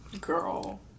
Girl